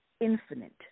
infinite